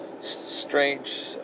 strange